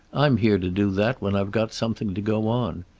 i'm here to do that, when i've got something to go on.